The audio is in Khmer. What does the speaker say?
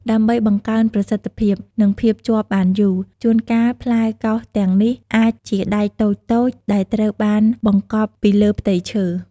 ដើម្បីបង្កើនប្រសិទ្ធភាព និងភាពជាប់បានយូរ ជួនកាលផ្លែកោសទាំងនេះអាចជាដែកតូចៗដែលត្រូវបានបង្កប់ពីលើផ្ទៃឈើ។